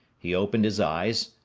he opened his eyes,